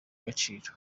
agaciro